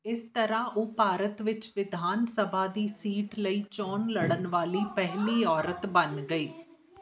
ਇਸ ਤਰ੍ਹਾਂ ਉਹ ਭਾਰਤ ਵਿੱਚ ਵਿਧਾਨ ਸਭਾ ਦੀ ਸੀਟ ਲਈ ਚੋਣ ਲੜਨ ਵਾਲੀ ਪਹਿਲੀ ਔਰਤ ਬਣ ਗਈ